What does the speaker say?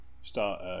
start